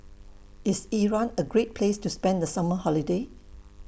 IS Iran A Great Place to spend The Summer Holiday